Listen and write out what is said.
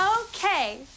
Okay